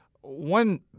One